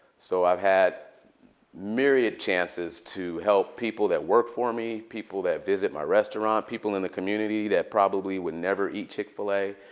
so i've had myriad chances to help people that work for me, people that visit my restaurant, people in the community that probably would never eat chick-fil-a.